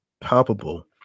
palpable